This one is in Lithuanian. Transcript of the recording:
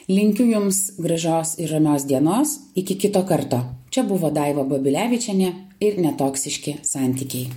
linkiu jums gražios iš ramios dienos iki kito karto čia buvo daiva babilevičienė ir netoksiški santykiai